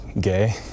gay